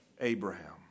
Abraham